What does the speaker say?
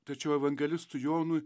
tačiau evangelistui jonui